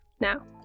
now